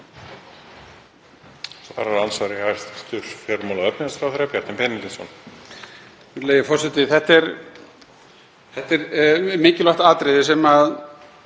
Þetta er mikilvægt atriði sem við